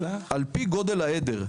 על פי גודל העדר,